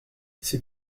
ces